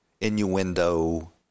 innuendo